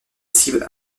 cibles